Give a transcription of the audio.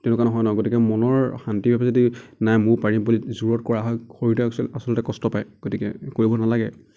তেনেকুৱা নহয় ন গতিকে মনৰ শান্তিৰ বাবে যদি নাই মই পাৰিম বুলি জোৰত কৰা হয় শৰীৰটোৱে আচলতে কষ্ট পায় গতিকে কৰিব নালাগে